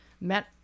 met